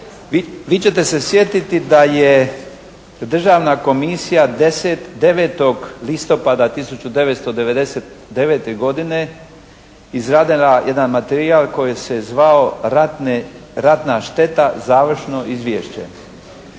Vi ćete se sjetiti da je državna komisija 9. listopada 1999. godine izradila jedan materijal koji se zvao Ratna šteta završno izvješće.